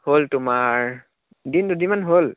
হ'ল তোমাৰ দিন দুদিনমান হ'ল